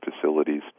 facilities